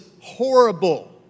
horrible